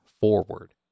forward